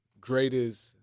greatest